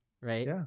right